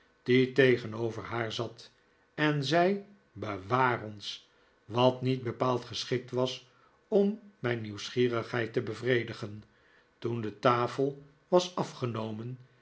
die tegenover haar zat en zei bewaar ons wat niet bepaald geschikt was om mijn nieuwsgierigheid te bevredigen toen de tafel was afgenomen